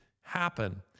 happen